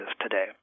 today